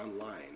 online